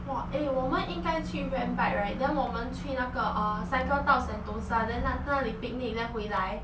!wah! eh 我们应该去 rent bike right then 我们去那个 uh cycle 到 sentosa then 那那里 picnic then 回来